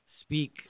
speak